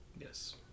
yes